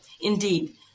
indeed